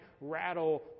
rattle